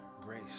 grace